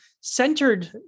centered